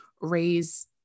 raise